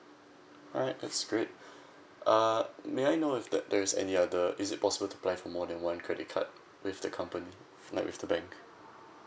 alright that's great uh may I know if the there's any other is it possible to apply for more than one credit card with the company like with the bank